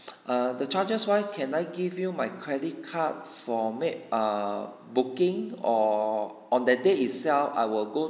err the charges wise can I give you my credit card for make a booking or on that day itself I will go